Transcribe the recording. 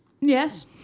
Yes